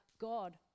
God